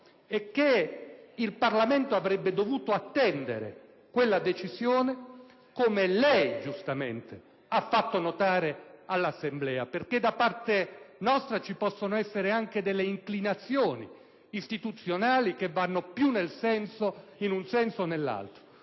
e che il Parlamento avrebbe dovuto attendere quella decisione, come lei giustamente ha fatto notare all'Assemblea. Da parte nostra, infatti, ci possono essere anche delle inclinazioni istituzionali che vanno più in un senso o nell'altro,